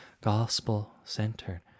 gospel-centered